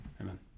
Amen